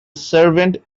servant